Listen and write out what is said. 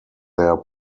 their